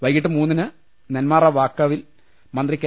വൈകീട്ട് മൂന്നിന് നെന്മാറ വാക്കവിൽ മന്ത്രി കെ